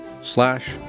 slash